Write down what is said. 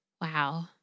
Wow